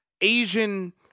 asian